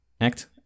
act